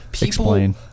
Explain